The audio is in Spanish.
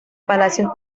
palacios